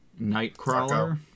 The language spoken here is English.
Nightcrawler